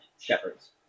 shepherds